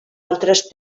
altres